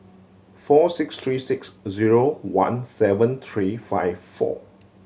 four six three six zero one seven three five four